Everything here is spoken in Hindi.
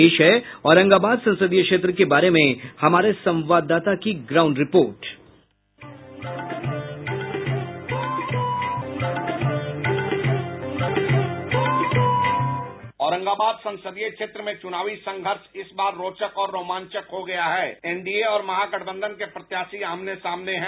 पेश है औरंगाबाद संसदीय क्षेत्र के बारे में हमारे संवाददाता की ग्राउंड रिपोर्ट डिस्पैच औरंगाबाद संसदीय क्षेत्र में चुनावी संघर्ष इस बार रोचक और रोमांचक हो गया हैस एनडीए और महागठबंधन के प्रत्याशी आमने सामने हैं